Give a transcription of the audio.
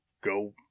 go